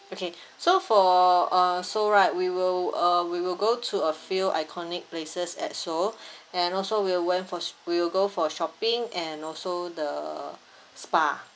okay so for uh so right we will uh we will go to a few iconic places at seoul and also we'll went for we'll go for shopping and also the spa